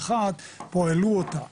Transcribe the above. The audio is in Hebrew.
אחת העלו אותה פה,